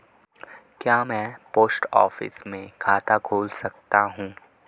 क्या मैं post office में खाता खोल सकता हूँ?